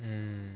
mm